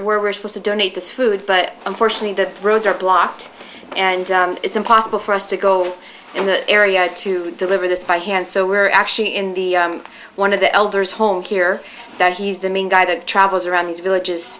are supposed to donate this food but unfortunately the roads are blocked and it's impossible for us to go in that area to deliver this by hand so we're actually in the one of the elders home here that he's the main guy that travels around these villages